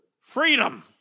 freedom